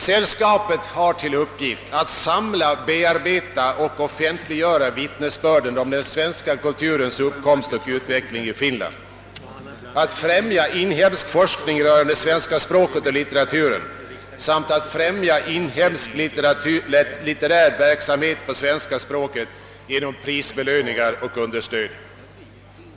Sällskapet har till uppgift »att samla, bearbeta och offentliggöra vittnesbörden om den svenska kulturens upp komst och utveckling i Finland; ——— att främja inhemsk forskning rörande svenska språket och litteraturen; samt —— att främja inhemsk litterär verksamhet på svenska språket genom prisbelöningar och understöd».